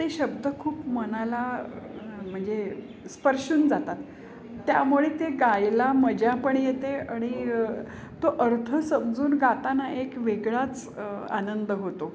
ते शब्द खूप मनाला म्हणजे स्पर्शून जातात त्यामुळे ते गायला मजा पण येते आणि तो अर्थ समजून गाताना एक वेगळाच आनंद होतो